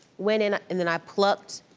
went in and then i plucked,